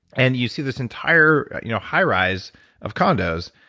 and you see this entire you know high rise of condos.